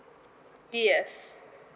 yes